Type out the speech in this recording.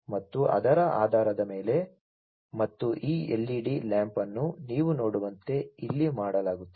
ಮತ್ತು ಅದರ ಆಧಾರದ ಮೇಲೆ ಮತ್ತು ಈ ಎಲ್ಇಡಿ ಲ್ಯಾಂಪ್ ಅನ್ನು ನೀವು ನೋಡುವಂತೆ ಇಲ್ಲಿ ಮಾಡಲಾಗುತ್ತದೆ